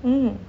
mm